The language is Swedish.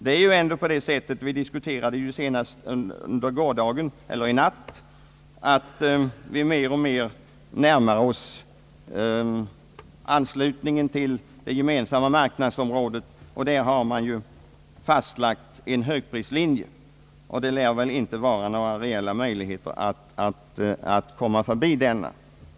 Det är ju ändå så — vi diskuterade detta senast i natt — att vårt land mer och mer närmar sig en anslutning till Gemensamma marknaden. Där har man ju fastställt en högprislinje, och det lär knappast finnas några reella möjligheter att komma förbi denna om vi på något sätt skall inrangeras i marknadsområdet.